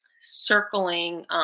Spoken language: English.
circling